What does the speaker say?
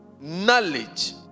knowledge